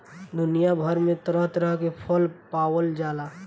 दुनिया भर में तरह तरह के फल पावल जाला